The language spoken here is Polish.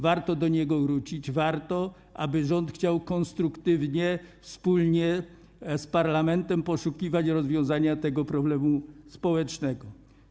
Warto do niego wrócić, warto, aby rząd chciał konstruktywnie, wspólnie z parlamentem poszukiwać rozwiązania tego problemu społecznego.